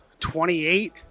28